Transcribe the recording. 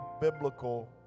biblical